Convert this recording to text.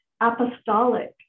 apostolic